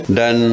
dan